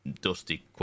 dusty